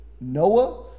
Noah